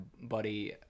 buddy